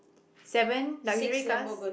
seven luxury cars